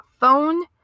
phone